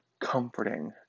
comforting